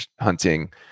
hunting